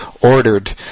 ordered